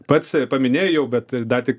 pats paminėjai jau bet dar tik